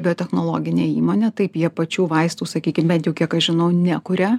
biotechnologinė įmonė taip jie pačių vaistų sakykim bent jau kiek aš žinau nekuria